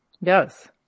Yes